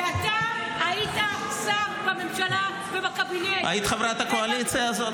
אתה היית שר בממשלה ובקבינט -- היית חברת הקואליציה הזאת,